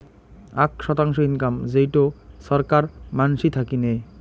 আক শতাংশ ইনকাম যেইটো ছরকার মানসি থাকি নেয়